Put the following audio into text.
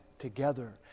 together